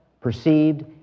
perceived